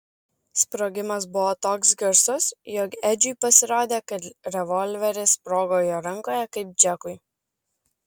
sprogimas buvo toks garsus jog edžiui pasirodė kad revolveris sprogo jo rankoje kaip džekui